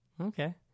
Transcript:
Okay